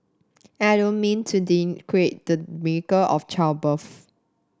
and I don't mean to denigrate the miracle of childbirth